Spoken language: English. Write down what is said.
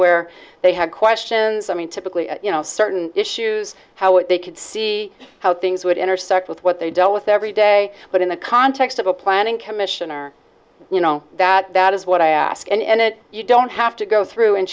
where they had questions i mean typically you know certain issues how they could see how things would intersect with what they dealt with every day but in the context of a planning commission or you know that that is what i asked and it you don't have to go through and